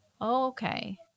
okay